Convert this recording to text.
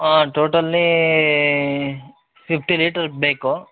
totally fifty litre ಬೇಕು